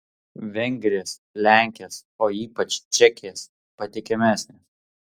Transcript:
vengrės lenkės o ypač čekės patikimesnės